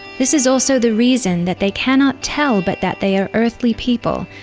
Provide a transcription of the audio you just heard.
this is also the reason that they cannot tell but that they are earthly people,